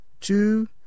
Two